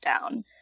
down